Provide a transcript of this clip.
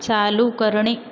चालू करणे